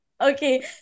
Okay